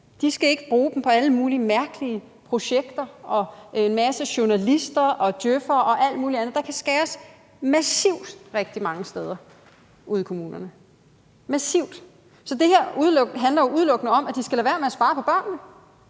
De skal ikke bruge dem på alle mulige mærkelige projekter og en masse journalister og djøf'ere og alt muligt andet. Der kan skæres massivt rigtig mange steder ude i kommunerne – massivt. Så det her handler jo udelukkende om, at de skal lade være med at spare på børnene.